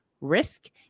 risk